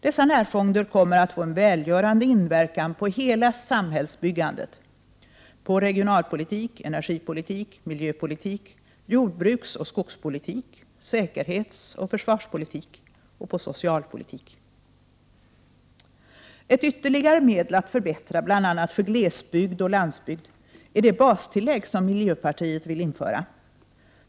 Dessa närfonder kommer att få en välgörande inverkan på hela samhällsbyggandet — på regionalpolitik, energipolitik, miljöpolitik, jordbruksoch skogspolitik, säkerhetsoch försvarspolitik samt socialpolitik. Ett ytterligare medel för att förbättra bl.a. för glesbygd och landsbygd är det bastillägg som miljöpartiet vill införa.